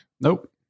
nope